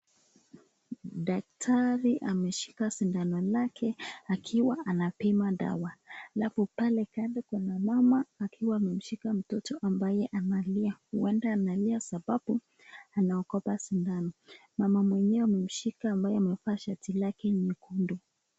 Daktari ameshika sindano lake akiwa anapima dawa halafu pale kando kuna mama akiwa amemshika mtoto ambaye analia. Huenda analia sababu anaogopa sindano. Mama mwenyewe amemshika ambaye amevaa shati lake nyekundu.